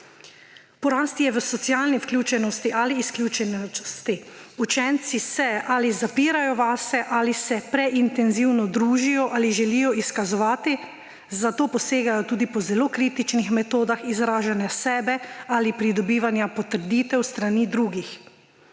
Porast je v socialni vključenosti ali izključenosti. Učenci se ali zapirajo vase, ali se preintenzivno družijo, ali se želijo izkazovati, zato posegajo tudi po zelo kritičnih metodah izražanja sebe ali pridobivanja potrditev s strani drugih.